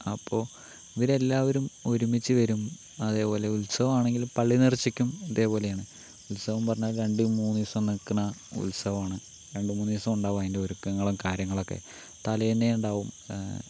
അപ്പോൾ ഇവരെല്ലാവരും ഒരുമിച്ചു വരും അതുപോലെ ഉത്സവമാണെങ്കിലും പള്ളിനേർച്ചക്കും ഇതേപോലെയാണ് ഉത്സവം പറഞ്ഞാൽ രണ്ട് മൂന്ന് ദിവസം നിൽക്കുന്ന ഉത്സവമാണ് രണ്ട് മൂന്നു ദിവസം ഉണ്ടാവും അതിൻ്റെ ഒരുക്കങ്ങളും കാര്യങ്ങളുമൊക്കെ തലേന്നേ ഉണ്ടാവും